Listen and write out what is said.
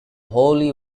wholly